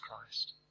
Christ